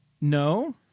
No